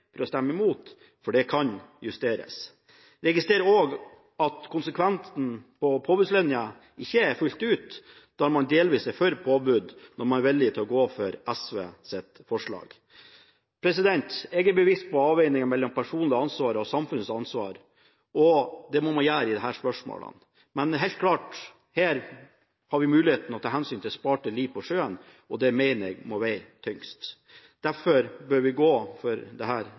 for å stemme mot, for den kan justeres. Jeg registrerer også at man ikke er fullt ut konsekvent på påbudslinjen, da man delvis er for påbud når man er villig til å gå inn for SVs forslag. Jeg er bevisst på avveiningen mellom personlig ansvar og samfunnets ansvar, og det må man være i disse spørsmålene. Men her har vi helt klart muligheten til å ta hensyn til sparte liv på sjøen, og det mener jeg må veie tyngst. Derfor bør vi gå inn for dette forslaget, som ligger her